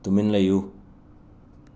ꯇꯨꯃꯤꯟ ꯂꯩꯌꯨ